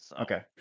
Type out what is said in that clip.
okay